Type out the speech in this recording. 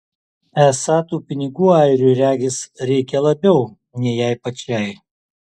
esą tų pinigų airiui regis reikia labiau nei jai pačiai